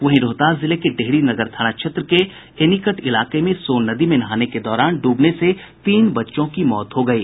वहीं रोहतास जिले के डेहरी नगर थाना क्षेत्र के एनीकट इलाके में सोन नदी में नहाने के दौरान ड्रबने से तीन बच्चों की मौत हो गयी